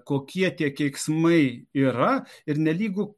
kokie tie keiksmai yra ir nelygu